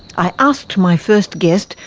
i asked my first guest,